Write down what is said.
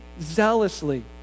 zealously